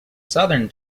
southern